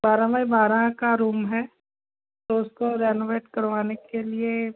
बारह बाई बारह का रूम है तो उसको रेनोवेट करवाने के लिए